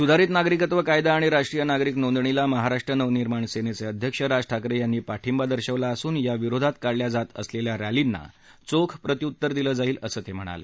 सुधारित नागरिकत्व कायदा आणि राष्ट्रीय नागरिक नोंदणीला महाराष्ट्र नवनिर्माण सेनेचे अध्यक्ष राज ठाकरे यांनी पाठिंबा दर्शवला असून याविरोधात काढल्या जात असलेल्या रस्तींना चोख प्रत्युत्तर दिलं जाईल असं ते म्हणाले